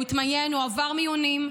הוא התמיין, הוא עבר מיונים,